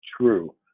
true